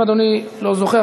אם אדוני לא זוכר,